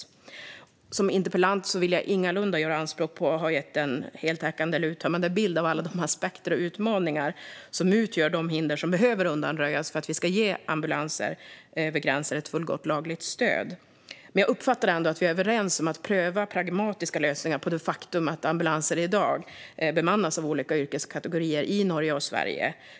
För mig som interpellant vill jag ingalunda göra anspråk på att ha gett en heltäckande eller uttömmande bild av alla de aspekter och utmaningar som utgör de hinder som behöver undanröjas för att vi ska ge utryckningar med ambulanser över gränser ett fullgott lagligt stöd. Men jag uppfattar ändå att vi är överens om att pröva pragmatiska lösningar på det faktum att ambulanser i dag bemannas av olika yrkeskategorier i Norge och Sverige.